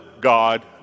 God